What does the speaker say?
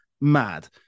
mad